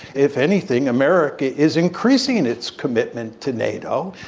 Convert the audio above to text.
if anything, america is increasing in its commitment to nato.